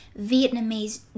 Vietnamese